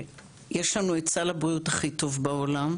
שיש לנו את סל הבריאות הכי טוב בעולם.